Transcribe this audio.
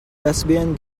lesbian